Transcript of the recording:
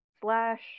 slash